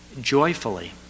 joyfully